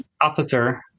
officer